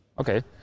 Okay